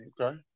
Okay